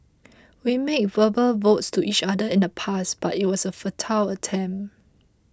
we made verbal vows to each other in the past but it was a futile attempt